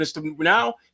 now